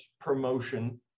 promotion